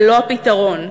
ולא הפתרון,